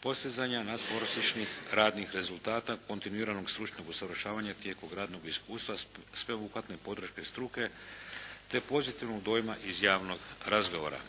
postizanja natprosječnih radnih rezultata, kontinuiranog stručnog usavršavanja, tijeku radnog iskustva, sveobuhvatnoj podrške struke te pozitivnog dojam iz javnog razgovora.